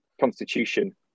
constitution